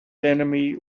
enemy